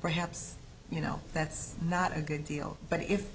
perhaps you know that's not a good deal but if